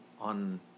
on